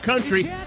country